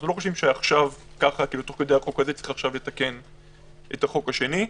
אנחנו לא חושבים שעכשיו דרך זה צריך לתקן את החוק השני.